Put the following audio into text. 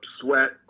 Sweat